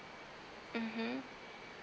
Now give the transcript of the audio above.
mmhmm